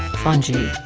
fungee,